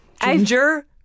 Ginger